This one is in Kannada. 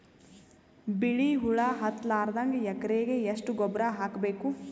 ಬಿಳಿ ಹುಳ ಹತ್ತಲಾರದಂಗ ಎಕರೆಗೆ ಎಷ್ಟು ಗೊಬ್ಬರ ಹಾಕ್ ಬೇಕು?